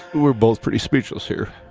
we're both pretty speechless here.